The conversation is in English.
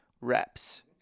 reps